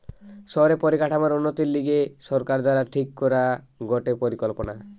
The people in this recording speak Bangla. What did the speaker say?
শহরের পরিকাঠামোর উন্নতির লিগে সরকার দ্বারা ঠিক করা গটে পরিকল্পনা